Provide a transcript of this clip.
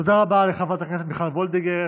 תודה רבה לחברת הכנסת מיכל וולדיגר.